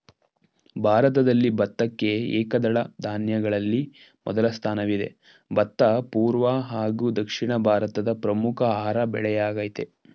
ಭಾರತದಲ್ಲಿ ಭತ್ತಕ್ಕೆ ಏಕದಳ ಧಾನ್ಯಗಳಲ್ಲಿ ಮೊದಲ ಸ್ಥಾನವಿದೆ ಭತ್ತ ಪೂರ್ವ ಹಾಗೂ ದಕ್ಷಿಣ ಭಾರತದ ಪ್ರಮುಖ ಆಹಾರ ಬೆಳೆಯಾಗಯ್ತೆ